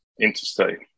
interstate